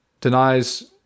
denies